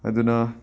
ꯑꯗꯨꯅ